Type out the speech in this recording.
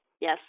Yes